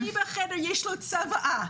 מי בחדר יש צוואה?